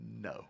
no